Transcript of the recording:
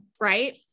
right